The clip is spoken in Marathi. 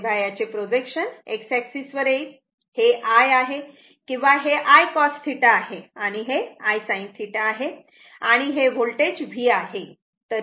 तेव्हा याचे प्रोजेक्शन x एक्सिस वर येईल हे I आहे किंवा हे I cos θ आहे आणि हे I sin θ आहे आणि हे वोल्टेज V आहे